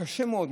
זה קשה מאוד.